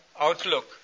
outlook